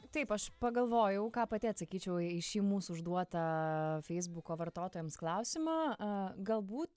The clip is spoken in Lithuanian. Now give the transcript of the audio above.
taip aš pagalvojau ką pati atsakyčiau į šį mūsų užduotą feisbuko vartotojams klausimą a galbūt